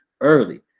early